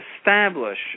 establish